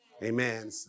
Amen